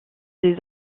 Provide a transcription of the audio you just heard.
des